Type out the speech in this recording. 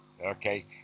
okay